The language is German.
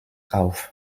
auf